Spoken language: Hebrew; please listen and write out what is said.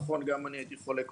נכון, גם אני הייתי חולה.